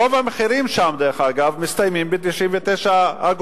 רוב המחירים שם, דרך אגב, מסתיימים ב-99 אגורות.